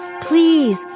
please